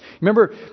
remember